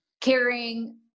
caring